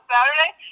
Saturday